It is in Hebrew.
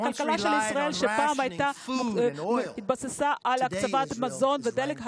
הכלכלה של ישראל התבססה בעבר על הקצבת מזון ודלק,